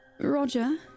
Roger